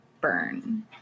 Burn